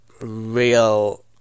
real